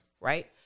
right